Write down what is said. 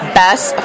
best